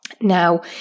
Now